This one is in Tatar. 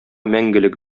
мәңгелек